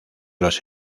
los